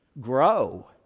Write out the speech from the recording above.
grow